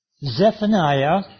Zephaniah